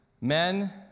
Men